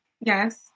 Yes